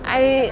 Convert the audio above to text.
I